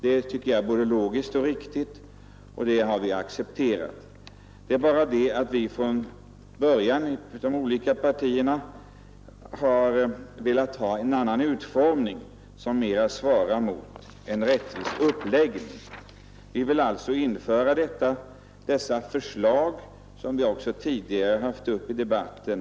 Det tyckte jag var både logiskt och riktigt, och det accepterade vi. Det är bara det att vi ville ha en annan utformning av stödet, som svarade bättre mot en rättvis uppläggning. Vi vill därför vidta de förändringar som vi nu har föreslagit och som vi också tidigare har aktualiserat i debatten.